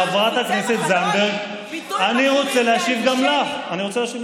חברת הכנסת זנדברג, אני רוצה להשיב גם לך.